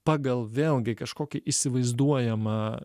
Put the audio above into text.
pagal vėlgi kažkokį įsivaizduojamą